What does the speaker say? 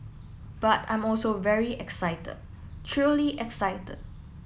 but I'm also very excited truly excited